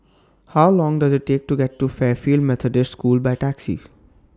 How Long Does IT Take to get to Fairfield Methodist School By Taxi